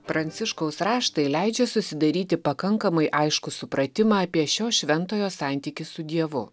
pranciškaus raštai leidžia susidaryti pakankamai aiškų supratimą apie šio šventojo santykį su dievu